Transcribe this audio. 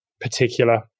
particular